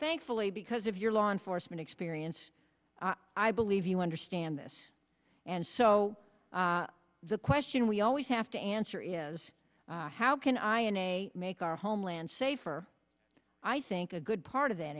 thankfully because of your law enforcement experience i believe you understand this and so the question we always have to answer is how can i in a make our homeland safer i think a good part of that